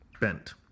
bent